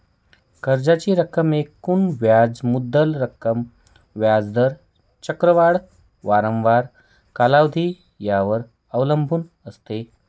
कर्जाची रक्कम एकूण व्याज मुद्दल रक्कम, व्याज दर, चक्रवाढ वारंवारता, कालावधी यावर अवलंबून असते